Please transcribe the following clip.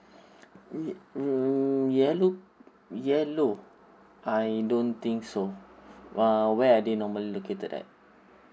mm mm yellow yellow I don't think so uh where they normally located at